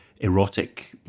erotic